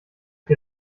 dir